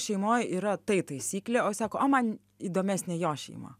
šeimoj yra tai taisyklė o sako o man įdomesnė jo šeima